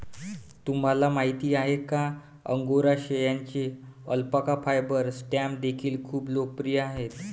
तुम्हाला माहिती आहे का अंगोरा शेळ्यांचे अल्पाका फायबर स्टॅम्प देखील खूप लोकप्रिय आहेत